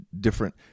different